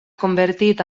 convertit